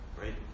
Right